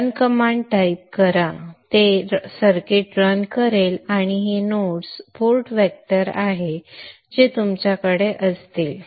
run command type करा ते circuit run करेल आणि हे नोड्स पार्ट व्हेक्टर आहेत जे तुमच्याकडे असतील